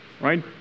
right